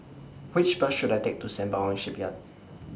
Which Bus should I Take to Sembawang Shipyard